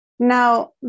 Now